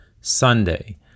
Sunday